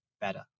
better